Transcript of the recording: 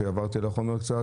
כשעברתי על החומר קצת,